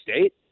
State